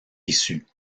issus